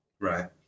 Right